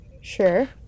Sure